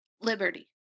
Liberty